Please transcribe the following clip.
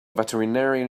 veterinarian